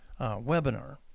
webinar